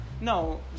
No